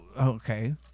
okay